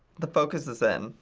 the focus is in.